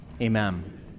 amen